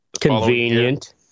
Convenient